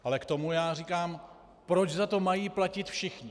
Ale k tomu já říkám: Proč za to mají platit všichni?